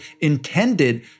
intended